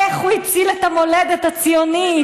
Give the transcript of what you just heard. איך הוא הציל את המולדת הציונית.